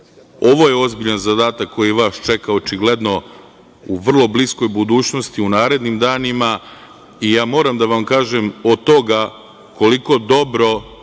je ozbiljan zadatak koji vas čeka očigledno u vrlo bliskoj budućnosti, u narednim danima i ja moram da vam kažem od toga koliko dobro